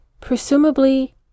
presumably